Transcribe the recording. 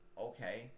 okay